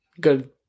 good